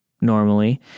Normally